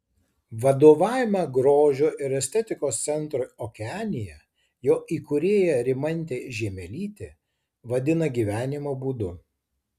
vadovavimą grožio ir estetikos centrui okeanija jo įkūrėja rimantė žiemelytė vadina gyvenimo būdu